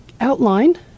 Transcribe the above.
outline